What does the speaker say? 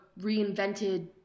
reinvented